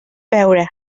beure